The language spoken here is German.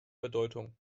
bedeutung